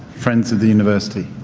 friends of the university.